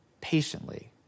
patiently